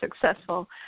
successful